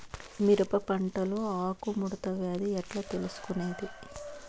మిరప పంటలో ఆకు ముడత వ్యాధి ఎట్లా తెలుసుకొనేది?